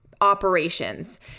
operations